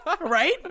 Right